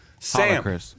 Sam